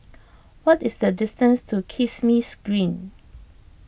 what is the distance to Kismis Green